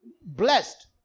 blessed